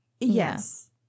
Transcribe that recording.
Yes